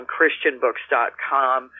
ChristianBooks.com